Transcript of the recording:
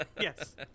yes